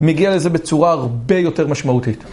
מגיע לזה בצורה הרבה יותר משמעותית.